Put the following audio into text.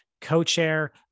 co-chair